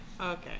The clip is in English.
Okay